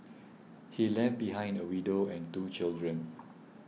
he left behind a widow and two children